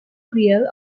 real